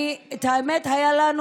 האמת היא שהיו לנו